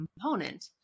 component